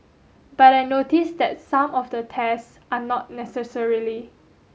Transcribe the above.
but I notice that some of the tests are not necessarily